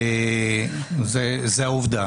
זה העובדה.